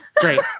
Great